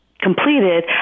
completed